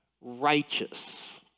righteous